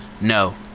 No